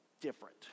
different